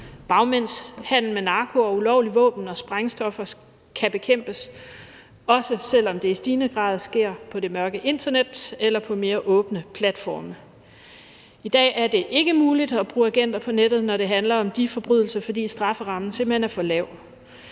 bagmandshandel med narko, ulovlige våben og sprængstoffer kan bekæmpes, også selv om det i stigende grad sker på det mørke internet eller på mere åbne platforme. I dag er det ikke muligt at bruge agenter på nettet, når det handler om de forbrydelser, fordi strafferammen simpelt hen er for lav.